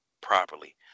properly